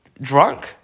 drunk